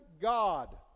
god